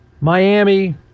Miami